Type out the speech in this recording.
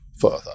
further